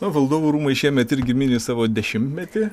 na valdovų rūmai šiemet irgi mini savo dešimtmetį